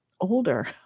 older